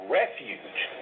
refuge